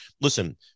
Listen